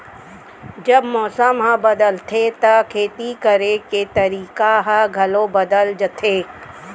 जब मौसम ह बदलथे त खेती करे के तरीका ह घलो बदल जथे?